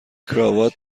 کراوات